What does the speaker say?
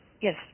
Yes